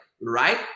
right